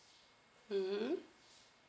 mmhmm